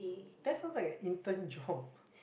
that sounds like an intern job